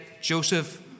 Joseph